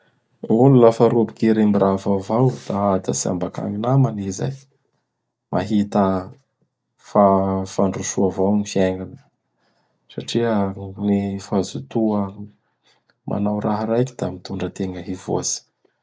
Olo lafa roboky hiremby raha vaovao, aha, da tsy amabaka gny nama an'i zay. Mahita fa-fandrosoa avao am gny fiaignany satria gny fahazatoa manao raha raiky da mitondra tegna hivoatsy.